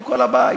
קודם כול, לבית.